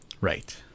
Right